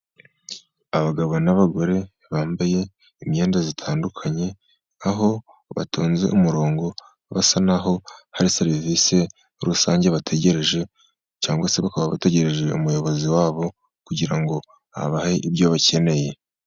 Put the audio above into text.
Abagabo n'abagore bambaye imyenda itandukanye, aho batonze umurongo basa n'aho hari serivise rusange bategereje, cyangwa se baka bategereje umuyobozi wabo kugira ngo abahe ibyo bakeneye.